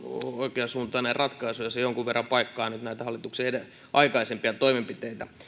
oikeansuuntainen ratkaisu ja se jonkun verran paikkaa nyt näitä hallituksen aikaisempia toimenpiteitä